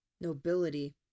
Nobility